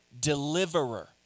deliverer